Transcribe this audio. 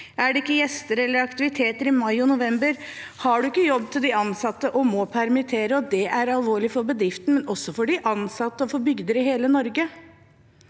Er det ikke gjester eller aktiviteter i mai og november, har man ikke jobb til de ansatte og må permittere. Det er alvorlig for bedriften, men også for de ansatte og for bygder i hele Norge.